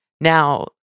Now